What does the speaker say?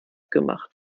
gemacht